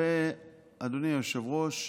אדוני היושב-ראש,